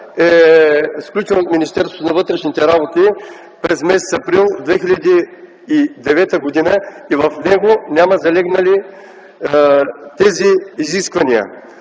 е сключен от Министерството на вътрешните работи през м. април 2009 г. и в него не са залегнали тези изисквания.